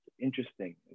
interesting